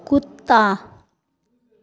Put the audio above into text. कुत्ता